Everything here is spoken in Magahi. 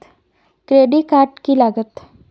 क्रेडिट कार्ड की लागत?